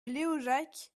léojac